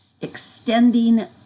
extending